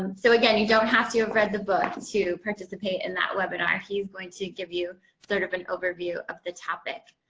um so again, you don't have to read the book to participate in that webinar. he's going to give you sort of an overview of the topic.